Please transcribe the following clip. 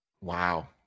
Wow